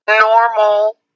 normal